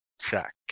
check